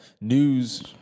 news